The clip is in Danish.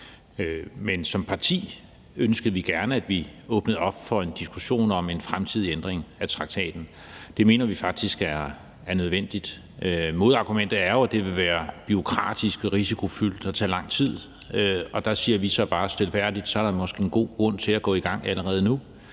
Men som parti ønskede vi gerne, at vi åbnede op for en diskussion om en fremtidig ændring af traktaten. Det mener vi faktisk er nødvendigt. Modargumentet er jo, at det vil være bureaukratisk og risikofyldt og vil tage lang tid, og der siger vi så bare stilfærdigt, at så er der måske en god grund til at gå i gang allerede nu,